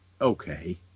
okay